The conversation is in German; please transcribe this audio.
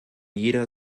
jeder